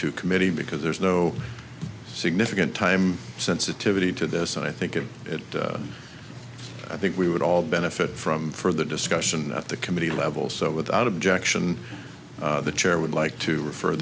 to committee because there is no significant time sensitivity to this i think of it i think we would all benefit from further discussion at the committee level so without objection the chair would like to refer